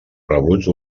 rebuts